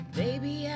baby